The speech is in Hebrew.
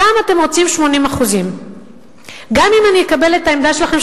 שם אתם רוצים 80%. גם אם אני אקבל את העמדה שלכם,